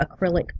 acrylic